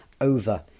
over